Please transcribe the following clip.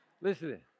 Listen